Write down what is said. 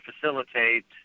facilitate